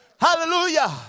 Hallelujah